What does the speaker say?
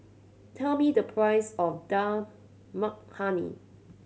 tell me the price of Dal Makhani